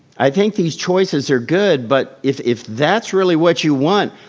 i think these choices are good but if if that's really what you want,